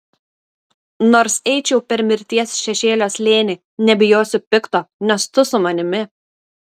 nors eičiau per mirties šešėlio slėnį nebijosiu pikto nes tu su manimi